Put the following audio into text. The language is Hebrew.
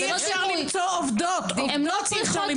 זה לא שהלכו למצוא עובדות, עובדות צריכים למצוא.